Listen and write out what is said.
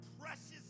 precious